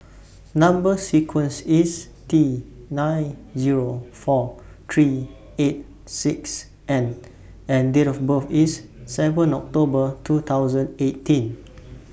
Number sequence IS T nine Zero four seven three eight six N and Date of birth IS seven October two thousand eighteen